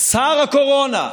שר הקורונה.